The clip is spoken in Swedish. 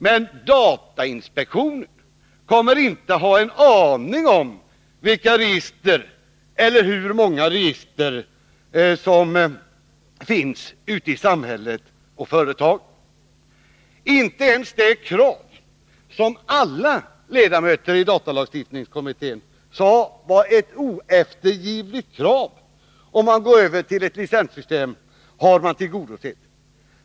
Men datainspektionen kommer inte att ha en aning om vilka register eller hur många register som finns ute i samhället och företagen. Inte ens det krav som alla ledamöter i datalagstiftningskommittén sade var oeftergivligt, om man går över till ett licenssystem, har tillgodosetts.